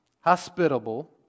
hospitable